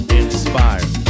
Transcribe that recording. inspired